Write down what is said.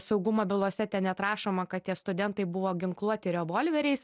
saugumo bylose ten net rašoma kad tie studentai buvo ginkluoti revolveriais